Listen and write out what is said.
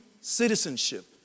citizenship